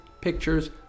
pictures